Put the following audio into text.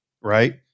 right